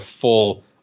full